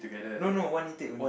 no no one intake only